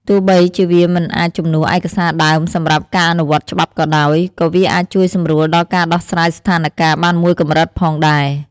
ទោះបីជាវាមិនអាចជំនួសឯកសារដើមសម្រាប់ការអនុវត្តច្បាប់ក៏ដោយ ក៏វាអាចជួយសម្រួលដល់ការដោះស្រាយស្ថានការណ៍បានមួយកម្រិតផងដែរ។